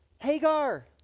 Hagar